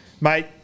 mate